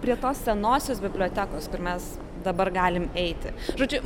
prie tos senosios bibliotekos kur mes dabar galim eiti žodžiu